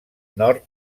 nord